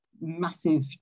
massive